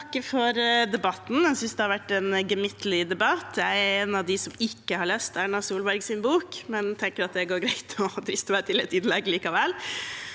Jeg vil takke for debatten. Jeg synes det har vært en gemyttlig debatt. Jeg er en av dem som ikke har lest Erna Solbergs bok, men jeg tenker at det går greit, og drister meg til et innlegg likevel.